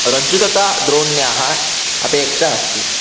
रज्जोः तथा द्रोण्याः अपेक्षा अस्ति